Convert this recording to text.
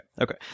Okay